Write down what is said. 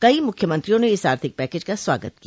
कई मुख्यमंत्रियों ने इस आर्थिक पैकेज का स्वागत किया